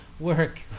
work